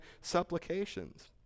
supplications